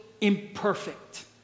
imperfect